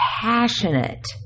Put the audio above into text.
passionate